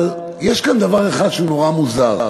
אבל יש כאן דבר אחד שהוא נורא מוזר.